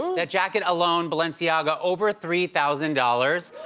that jacket alone, balenciaga, over three thousand dollars.